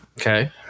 Okay